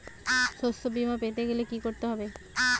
শষ্যবীমা পেতে গেলে কি করতে হবে?